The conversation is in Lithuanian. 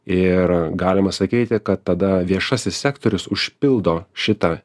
ir galima sakyti kad tada viešasis sektorius užpildo šitą